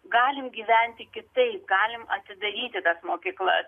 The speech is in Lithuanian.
galim gyventi kitaip galim atidaryti tas mokyklas